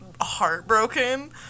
heartbroken